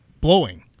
blowing